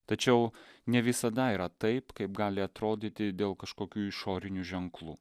tačiau ne visada yra taip kaip gali atrodyti dėl kažkokių išorinių ženklų